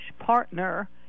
partner